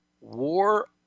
War